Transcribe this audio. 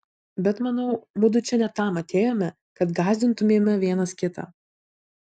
bet manau mudu čia ne tam atėjome kad gąsdintumėme vienas kitą